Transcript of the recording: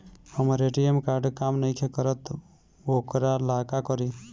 हमर ATM card काम नईखे करत वोकरा ला का करी?